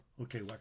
okay